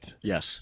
Yes